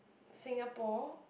Singapore